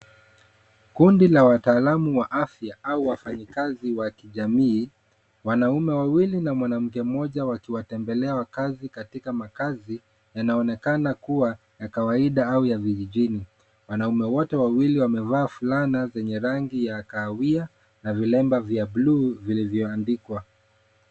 Kundi la wataalum wa afya au wafanyakazi wa kijamii, wanaume wawili na mwanamke moja wakiwatembelea wakaazi katika makaazi, yanaonekana kuwa ya kawaida au ya vijijini. Wanaume wote wawili wamevaa fulana zenye rangi ya kahawia na vilemba vya blue vilivyoandikwa.